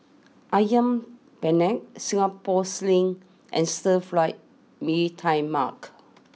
Ayam Penyet Singapore sling and Stir Fry Mee Tai Mak